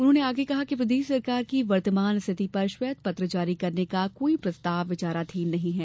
उन्होंने आगे कहा कि प्रदेश सरकार की वर्तमान स्थिति पर श्वेत पत्र जारी करने का कोई प्रस्ताव विचाराधीन नहीं है